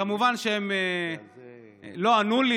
כמובן שהם לא ענו לי.